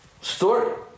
story